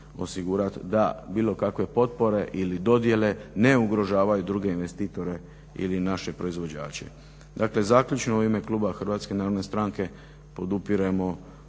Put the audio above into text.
da bilo kakve potpore ili dodjele ne ugrožavaju druge investitore ili naše proizvođače. Dakle zaključno u ime kluba HNS-a podupiremo